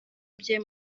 bye